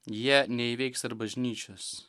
jie neįveiks ir bažnyčios